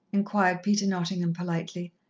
enquired peter nottingham politely.